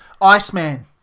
Iceman